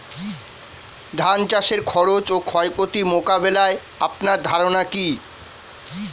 ধান চাষের খরচ ও ক্ষয়ক্ষতি মোকাবিলায় আপনার ধারণা কী?